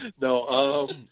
No